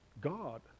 God